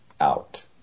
out